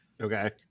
Okay